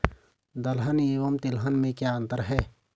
दलहन एवं तिलहन में क्या अंतर है?